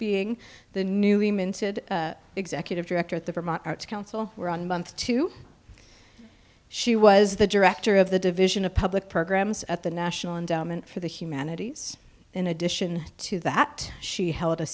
being the newly minted executive director at the vermont arts council where on month two she was the director of the division of public programs at the national endowment for the humanities in addition to that she